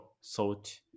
salt